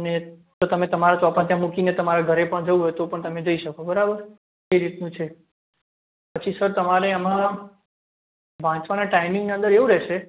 અને જો તમે તમારા ચોપડા ત્યાં મૂકીને તમારે ઘરે પણ જવું હોય તો પણ તમે જઈ શકો બરાબર એ રીતનું છે પછી સર તમારે એમાં વાંચવાના ટાઇમિંગની અંદર એવું રહેશે